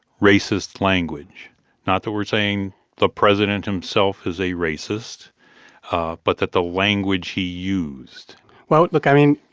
racist language not that we're saying the president himself is a racist but that the language he used well, look i mean,